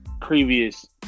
previous